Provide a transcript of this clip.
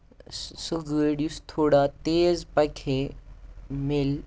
سُہ سُہ گٲڑۍ یُس تھوڑا تیز پَکہِ ہے مِلہِ